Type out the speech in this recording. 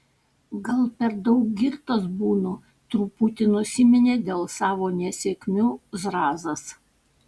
gal per daug girtas būnu truputi nusiminė dėl savo nesėkmių zrazas